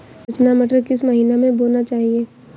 रचना मटर किस महीना में बोना चाहिए?